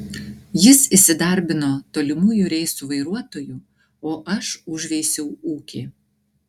jis įsidarbino tolimųjų reisų vairuotoju o aš užveisiau ūkį